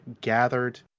gathered